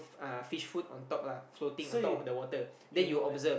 uh fish food on top lah floating on top of the water then you observe